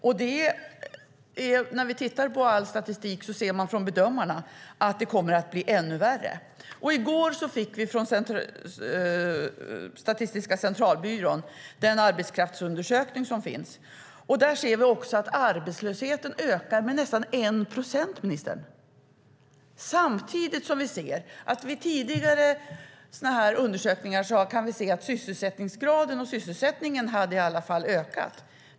Och bedömarna säger att det kommer att bli ännu värre. I går fick vi en arbetskraftsundersökning från Statistiska centralbyrån. Där ser vi att arbetslösheten ökar med nästan 1 procent, ministern. I tidigare undersökningar kunde vi i alla fall se att sysselsättningsgraden och sysselsättningen hade ökat.